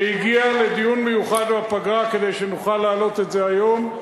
שהגיע לדיון מיוחד בפגרה כדי שנוכל להעלות את זה היום.